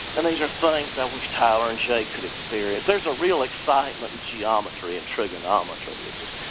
and these are things i wish tyler and jake could experience. there's a real excitement in geometry and trigonometry that's just,